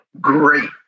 Great